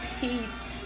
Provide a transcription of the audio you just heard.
peace